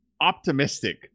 optimistic